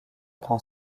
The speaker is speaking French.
prend